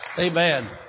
Amen